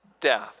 death